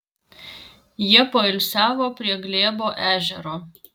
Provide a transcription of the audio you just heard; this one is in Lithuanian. jie poilsiavo prie glėbo ežero